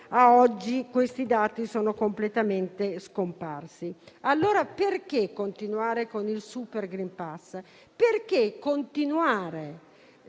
a oggi questi dati sono completamente scomparsi. Perché, allora, continuare con il *super green pass*? Perché continuare,